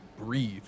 breathe